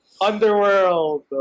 underworld